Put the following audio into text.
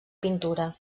pintura